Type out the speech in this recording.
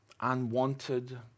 unwanted